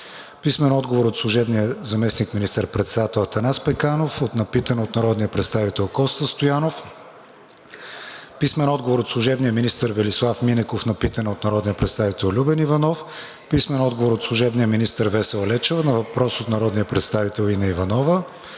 Людмила Илиева; – служебния заместник министър-председател Атанас Пеканов на питане от народния представител Коста Стоянов; – служебния министър Велислав Минеков на питане от народния представител Любен Иванов; – служебния министър Весела Лечева на въпрос от народния представител Инна Иванова;